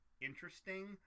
interesting